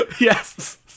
Yes